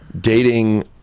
dating